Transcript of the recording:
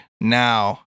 now